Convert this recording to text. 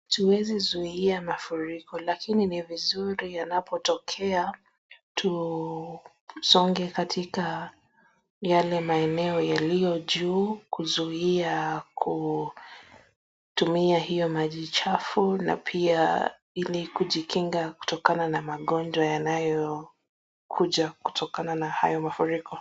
Tuwezi zuia mafuriko. Lakini ni vizuri yanapotokea tusonge katika yale maeneo yaliyo juu, kuzuia kutumia hiyo maji chafu na pia ili kujikinga kutokana na magonjwa yanayokuja kutokana na hayo mafuriko.